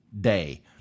day